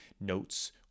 Notes